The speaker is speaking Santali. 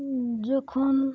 ᱡᱚᱠᱷᱚᱱ